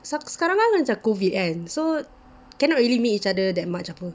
se~ sekarang kan macam COVID kan so cannot really meet each other that much apa